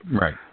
Right